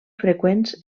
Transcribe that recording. freqüents